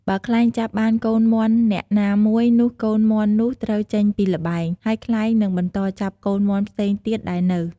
បើខ្លែងចាប់បានកូនមាន់នាក់ណាមួយ នោះកូនមាន់នោះត្រូវចេញពីល្បែង ហើយខ្លែងនឹងបន្តចាប់កូនមាន់ផ្សេងទៀតដែលនៅ។